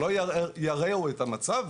שלא ירעו את המצב,